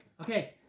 Okay